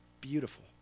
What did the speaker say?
beautiful